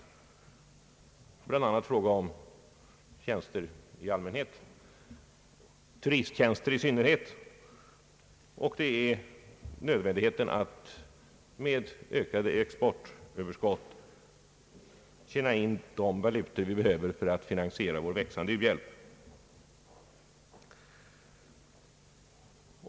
Det är bl.a. fråga om tjänster i allmänhet och turisttjänster i synnerhet, och det är nödvändigheten att med ökade exportöverskott tjäna in de valutor vi behöver för att finansiera vår växande u-hjälp.